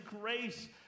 grace